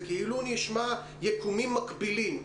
זה כאילו נשמע יקומים מקבילים,